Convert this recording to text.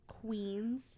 queens